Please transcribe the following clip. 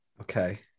Okay